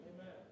Amen